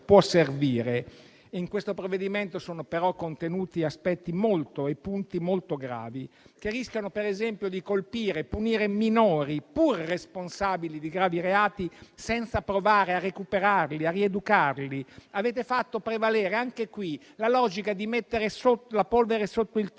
In questo provvedimento sono però contenuti aspetti e punti molto gravi, che rischiano per esempio di colpire e punire minori, pur responsabili di gravi reati, senza provare a recuperarli e rieducarli. Avete fatto prevalere, anche qui, la logica di mettere la polvere sotto il tappeto.